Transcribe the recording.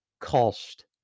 cost